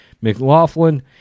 McLaughlin